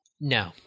No